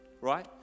right